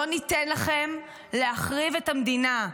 לא ניתן לכם להחריב את המדינה,